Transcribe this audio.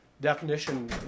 definition